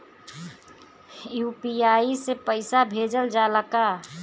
UPI से पईसा भेजल जाला का?